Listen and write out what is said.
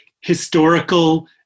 historical